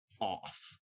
off